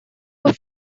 her